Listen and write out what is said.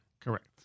Correct